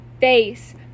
face